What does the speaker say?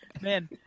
man